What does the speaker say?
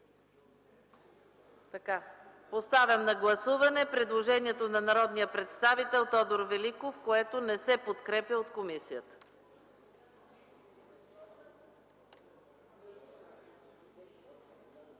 Поставям на гласуване предложението на народния представител Тодор Великов, което не се подкрепя от комисията.